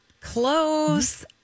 Close